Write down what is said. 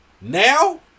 Now